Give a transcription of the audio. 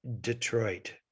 Detroit